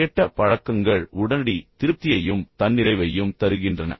கெட்ட பழக்கங்கள் உடனடி திருப்தியையும் தன்னிறைவையும் தருகின்றன